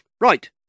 Right